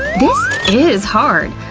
this is hard!